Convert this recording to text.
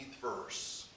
verse